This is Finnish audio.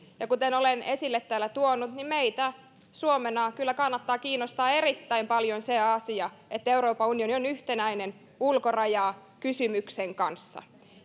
ovat kuten olen esille täällä tuonut meitä suomena kyllä kannattaa kiinnostaa erittäin paljon se asia että euroopan unioni on yhtenäinen ulkorajakysymyksen kanssa